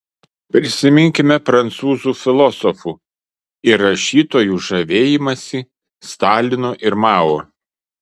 prisiminkime prancūzų filosofų ir rašytojų žavėjimąsi stalinu ir mao